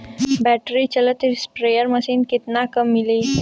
Battery चलत sprayer machine कितना क मिली?